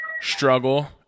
struggle